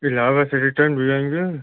इलाहाबाद से रिटन भी जाएँगे